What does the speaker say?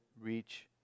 reach